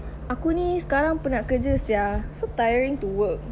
aku ni sekarang penat kerja sia so tiring to work